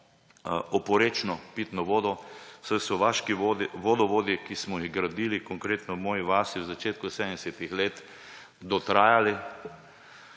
oporečno pitno vodo, saj so vaški vodovodi, ki smo jih gradili konkretno v moji vasi v začetku 70. let, dotrajani.